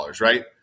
right